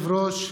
אדוני היושב-ראש,